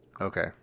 Okay